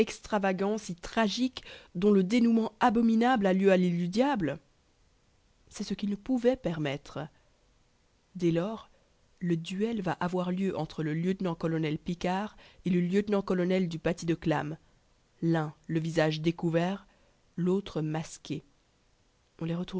extravagant si tragique dont le dénouement abominable a lieu à l'île du diable c'est ce qu'il ne pouvait permettre dès lors le duel va avoir lieu entre le lieutenant-colonel picquart et le lieutenant-colonel du paty de clam l'un le visage découvert l'autre masqué